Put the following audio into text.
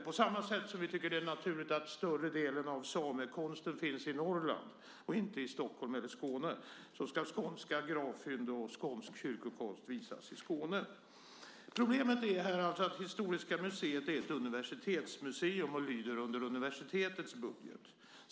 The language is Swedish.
På samma sätt som vi tycker att det är naturligt att större delen av samekonsten finns i Norrland och inte i Stockholm eller Skåne ska skånska gravfynd och skånsk kyrkokonst visas i Skåne. Problemet är alltså att Historiska museet är ett universitetsmuseum och lyder under universitetets budget.